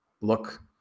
look